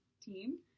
team